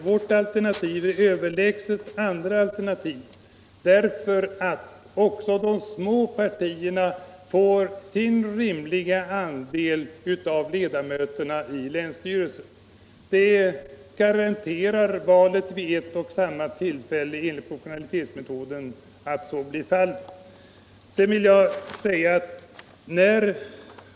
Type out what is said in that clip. Vårt alternativ är överlägset andra alternativ också därför att även de små partierna får sin rimliga andel av ledamöterna i länsstyrelsen. Det garanterar ett val vid ett och samma tillfälle enligt proportionalitetsmetoden.